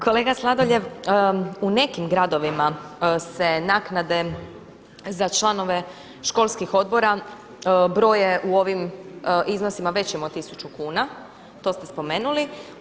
Kolega Sladoljev, u nekim gradovima se naknade za članove školskih odbora broje u ovim iznosima većim od tisuću kuna, to ste spomenuli.